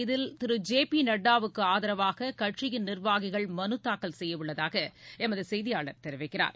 இதில் திரு J P நட்டாவுக்கு ஆதரவாக கட்சியின் நிர்வாகிகள் மனு தாக்கல் செய்ய உள்ளதாக எமது செய்தியாளர் தெரிவிக்கிறார்